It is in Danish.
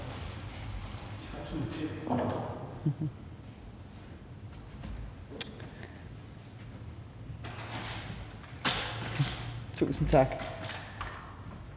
Tak